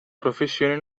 professione